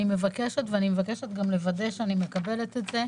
אני מבקשת ואני מבקשת גם לוודא שאני מקבלת את זה,